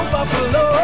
Buffalo